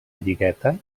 lligueta